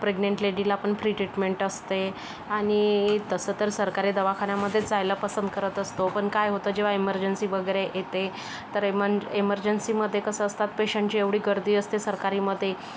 pregnant लेडीला पण free treatment असते आणि तसं तर सरकारी दवाखान्यामध्येच जायला पसंत करत असतो पण काय होतं जेव्हा इमरजंसी वगैरे येते तर एमन इमरजंसीमध्ये कसं असतात पेशंटची एवढी गर्दी असते सरकारीमध्ये